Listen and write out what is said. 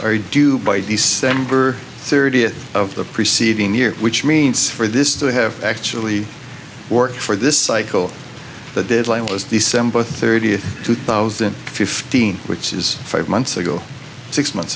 are due by december thirtieth of the preceding year which means for this to have actually worked for this cycle the deadline was december thirtieth two thousand and fifteen which is five months ago six months